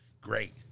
great